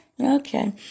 Okay